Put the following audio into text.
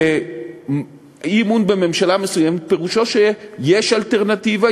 אי-אמון בממשלה מסוימת פירושו שיש אלטרנטיבה,